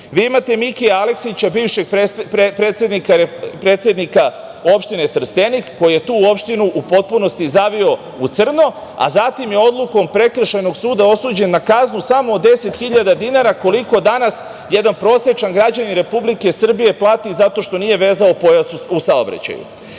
imate Mikija Aleksića, bivšeg predsednika Opštine Trstenik koji je tu opštinu u potpunosti zavio u crno, a zatim je odlukom Prekršajnog suda osuđen na kaznu samo od 10.000 dinara, koliko danas jedan prosečan građanin Republike Srbije plati zato što nije vezao pojas u saobraćaju. Vi